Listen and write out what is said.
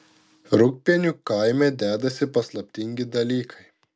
rūgpienių kaime dedasi paslaptingi dalykai